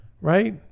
right